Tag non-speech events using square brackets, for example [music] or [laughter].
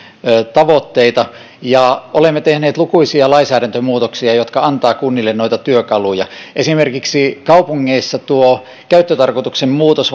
tavoitteita ja olemme tehneet lukuisia lainsäädäntömuutoksia jotka antavat kunnille noita työkaluja esimerkiksi kaupungeissa käyttötarkoituksen muutos [unintelligible]